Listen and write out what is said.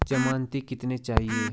ज़मानती कितने चाहिये?